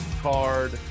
card